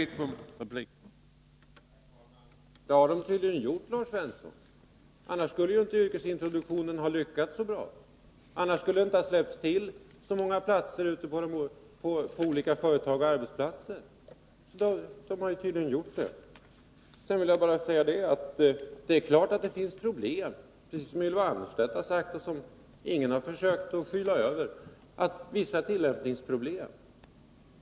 Herr talman! Det har de tydligen gjort, Lars Svensson. Annars skulle inte yrkesintroduktionen ha lyckats så bra som den gjort, annars skulle det inte ha släppts till så många platser ute på företag och arbetsplatser. Människorna på arbetsplatserna har tydligen tagit ansvar! Jag vill tillägga, att det givetvis finns problem. Precis som Ylva Annerstedt har sagt, vilket ingen har försökt skyla över, har det varit vissa tillämpningsproblem.